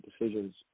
decisions